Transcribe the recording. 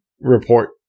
report